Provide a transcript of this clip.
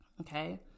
okay